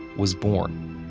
was born.